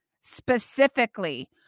specifically